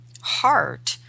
heart